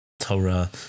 Torah